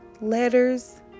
letters